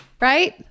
Right